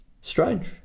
Strange